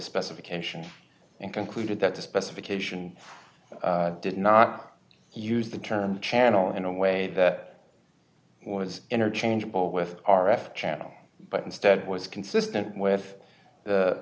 specifications and concluded that the specification did not use the term channel in a way that was interchangeable with r f channel but instead was consistent with the